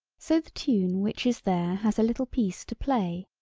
so the tune which is there has a little piece to play.